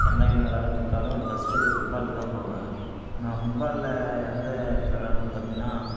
எந்த கேம் விளாட கூப்பிட்டாலும் ஃபஸ்ட்டு ஃபுட்பாலுக்குதான் போவேன் நான் ஃபுட்பாலில் எந்த இடத்துல விளாடுவேன்னு பார்த்தீன்னா